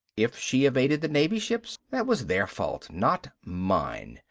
if she evaded the navy ships, that was their fault, not mine.